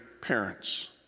parents